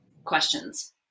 Questions